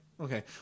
okay